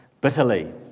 bitterly